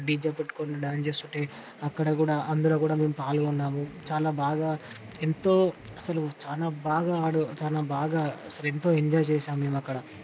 DJ పెట్టుకునే dance చేస్తుంటే అక్కడ కూడా అందులో కూడా మేము పాల్గొన్నాము చాలా బాగా ఎంతో అసలు చాలా బాగా చాలా బాగా అసలు ఎంతో ఎంజాయ్ చేసాము మేము అక్కడ